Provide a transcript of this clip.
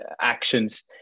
actions